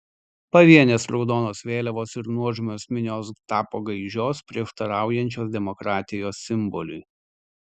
pavienės raudonos vėliavos ir nuožmios minios tapo gaižios prieštaraujančios demokratijos simboliui